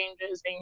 changes